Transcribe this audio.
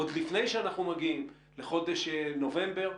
עוד לפני שאנחנו מגיעים לחודש נובמבר,